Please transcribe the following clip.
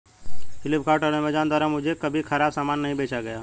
फ्लिपकार्ट और अमेजॉन द्वारा मुझे कभी खराब सामान नहीं बेचा गया